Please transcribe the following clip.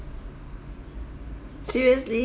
seriously